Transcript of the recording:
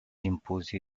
imposé